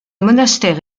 monastère